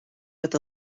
with